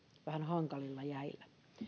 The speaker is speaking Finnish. vähän hankalilla jäillä